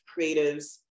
creatives